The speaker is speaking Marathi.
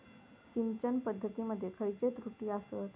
सिंचन पद्धती मध्ये खयचे त्रुटी आसत?